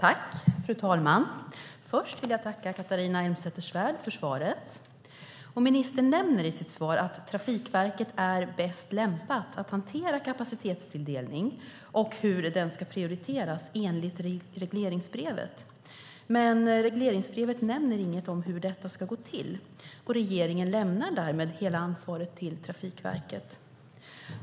Fru talman! Först vill jag tacka Catharina Elmsäter-Svärd för svaret. Ministern nämner i sitt svar att Trafikverket är bäst lämpat att hantera kapacitetstilldelning och hur det ska prioriteras enligt regleringsbrevet. Men regleringsbrevet nämner inget om hur detta ska gå till. Regeringen lämnar därmed hela ansvaret till Trafikverket.